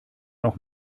noch